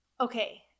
okay